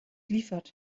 liefert